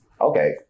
Okay